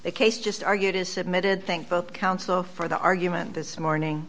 the case just argued is submitted thank both counsel for the argument this morning